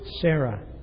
Sarah